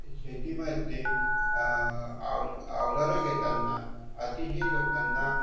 शेतीमध्ये अव अवजारे घेतांना अतिशय लोकांना